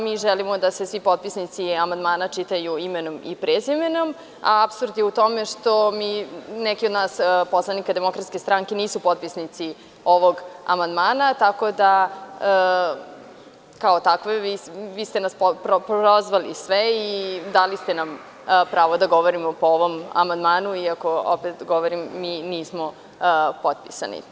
Mi želimo da se svi potpisnici amandmana čitaju imenom i prezimenom, a apsurd je u tome što neki poslanici Demokratske stranke nisu potpisnici ovog amandmana, tako da ste nas vi sve prozvali i dali ste nam pravo da govorimo po ovom amandmanu, iako, opet govorim, mi nismo potpisani.